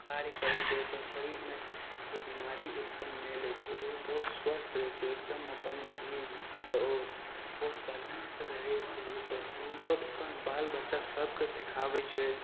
कार्य करय छै ओकर शरीरमे कोइ बीमारी उत्पन्न नहि लै छै आओर उ बहुत स्वस्थ रहय छै एकदम अपन जिन्दगी जीबय छै ओ बहुत बढ़िआँसँ रहय छै उसब आओर उसब अपन बाल बच्चा सबके सिखाबय छै